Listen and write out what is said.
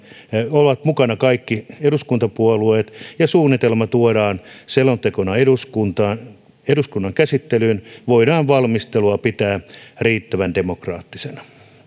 ovat mukana kaikki eduskuntapuolueet ja suunnitelma tuodaan selontekona eduskunnan käsittelyyn voidaan valmistelua pitää riittävän demokraattisena